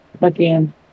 again